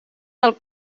del